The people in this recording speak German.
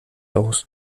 aus